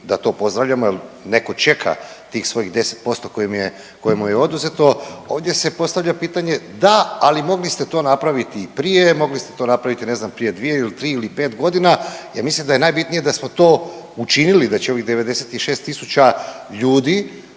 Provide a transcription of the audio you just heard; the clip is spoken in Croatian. da to pozdravljamo jer netko čeka tih svojih 10% koje mu je oduzeto, ovdje se postavlja pitanje, da, ali mogli ste to napraviti i prije, mogli ste to napraviti, ne znam, prije 2 ili 3 ili 5 godina, ja mislim da je najbitnije da smo to učinili, da će ovih 96 tisuća ljudi